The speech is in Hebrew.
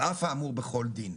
על אף האמור בכל דין.